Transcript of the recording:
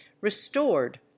restored